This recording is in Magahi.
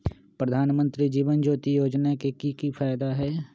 प्रधानमंत्री जीवन ज्योति योजना के की फायदा हई?